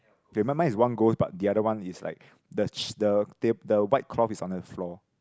okay mine mine is one ghost but the other one is like the the the the white cloth is on the floor